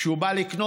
כשהוא בא לקנות,